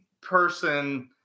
person